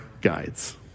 guides